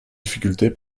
difficulté